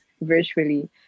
virtually